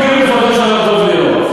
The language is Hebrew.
אתם פוגעים בכבודו של הרב דב ליאור,